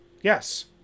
Yes